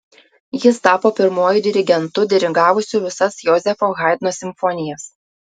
jis tapo pirmuoju dirigentu dirigavusiu visas jozefo haidno simfonijas